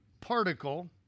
particle